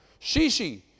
Shishi